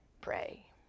pray